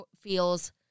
feels